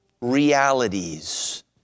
realities